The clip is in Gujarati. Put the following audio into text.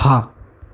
હા